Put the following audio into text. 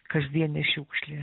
kasdienė šiukšlė